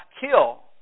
kill